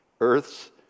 Earth's